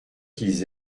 qu’ils